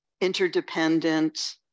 interdependent